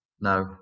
no